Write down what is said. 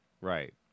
Right